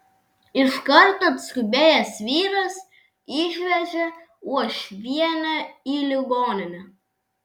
iš karto atskubėjęs vyras išvežė uošvienę į ligoninę